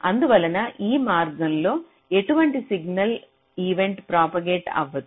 అందువలన ఈ మార్గంలో ఎటువంటి సిగ్నల్ ఈవెంట్ ప్రాపగేట్ అవ్వదు